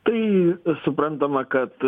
tai suprantama kad